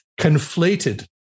conflated